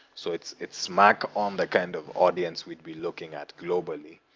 so it's it's marked on the kind of audience we'd be looking at globally.